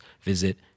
visit